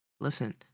Listen